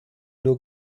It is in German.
nur